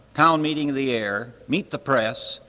town meeting the air, meet the press,